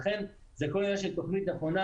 לכן זה הכול עניין של תוכנית נכונה,